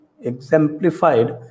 exemplified